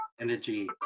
energy